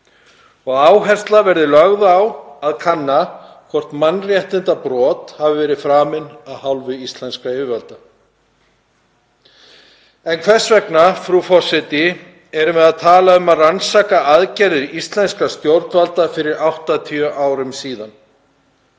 Áhersla verði lögð á að kanna hvort mannréttindabrot hafi verið framin af hálfu íslenskra yfirvalda. En hvers vegna, frú forseti, erum við að tala um að rannsaka aðgerðir íslenskra stjórnvalda fyrir 80 árum?